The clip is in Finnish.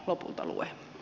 arvoisa puhemies